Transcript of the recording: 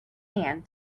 hand